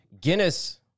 Guinness